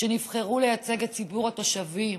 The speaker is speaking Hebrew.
שנבחרו לייצג את ציבור התושבים,